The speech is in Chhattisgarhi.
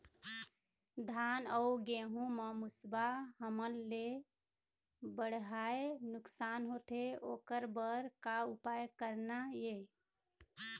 धान अउ गेहूं म मुसवा हमन ले बड़हाए नुकसान होथे ओकर बर का उपाय करना ये?